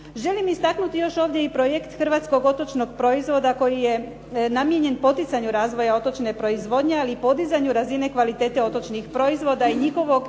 Želim istaknuti još ovdje i projekt hrvatskog otočnog proizvoda koji je namijenjen poticanju razvoja otočne proizvodnje, ali i podizanju razine kvalitete otočnih proizvoda i njihovog